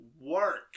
work